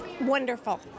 Wonderful